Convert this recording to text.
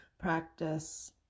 Practice